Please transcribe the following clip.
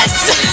Yes